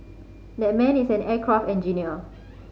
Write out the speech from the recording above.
that man is an aircraft engineer